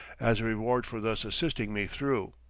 as a reward for thus assisting me through.